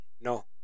No